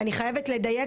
ואני חייבת לדייק.